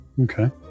Okay